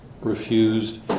refused